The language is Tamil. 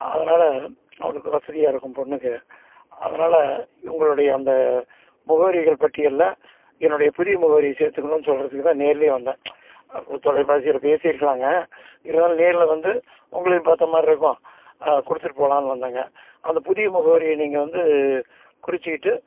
அதனால் அவளுக்கு வசதியாக இருக்கும் பொண்ணுக்கு அதனால் உங்களுடைய அந்த முகவரிகள் பட்டியலில் என்னுடைய புதிய முகவரியை சேர்த்துக்கணும்னு சொல்கிறதுக்கு தான் நேரில் வந்தேன் அப்புறம் தொலைபேசில பேசியிருக்கலாங்க இருந்தாலும் நேரில் வந்து உங்களையும் பார்த்த மாதிரி இருக்கும் கொடுத்துட்டு போகலான்னு வந்தேங்க அந்த புதிய முகவரியை நீங்கள் வந்து குறித்துக்கிட்டு